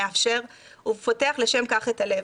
מאפשר ופותח לשם כך את הלב.